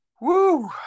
Woo